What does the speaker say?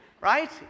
right